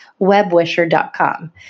webwisher.com